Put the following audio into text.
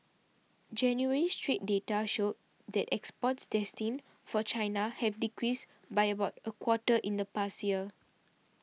January's trade data showed that exports destined for China have decreased by about a quarter in the past year